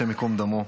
השם ייקום דמו,